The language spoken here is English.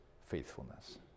faithfulness